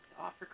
offer